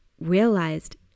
realized